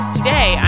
Today